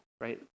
right